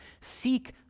seek